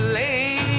lay